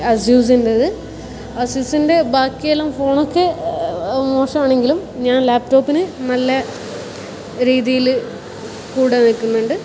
അസ്യൂസിൻ്റെത് അസ്യൂസിൻ്റെ ബാക്കിയെല്ലാം ഫോൺ ഒക്കെ മോശമാണെങ്കിലും ഞാൻ ലാപ്ടോപ്പിന് നല്ല രീതിയിൽ കൂടെ നിൽക്കുന്നുണ്ട്